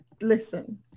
Listen